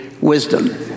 wisdom